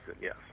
yes